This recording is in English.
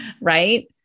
Right